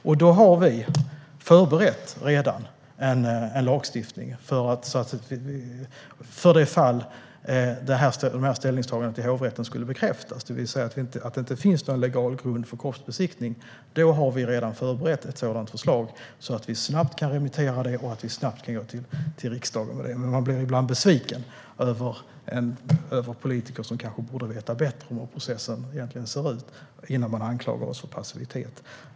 Vi har redan förberett en lagstiftning för det fall hovrättens ställningstagande skulle bekräftas och man alltså skulle säga att det inte finns någon legal grund för kroppsbesiktning. Då har vi redan förberett ett förslag som vi snabbt kan remittera och gå till riksdagen med. Men man blir ibland besviken över politiker som borde veta bättre och se hur processen ser ut innan de anklagar oss för passivitet.